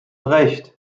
recht